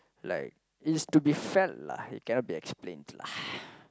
like it's to be felt lah it cannot be explained lah